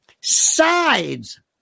sides